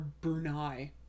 Brunei